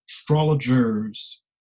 astrologers